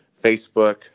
facebook